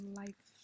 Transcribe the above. life